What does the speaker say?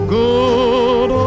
good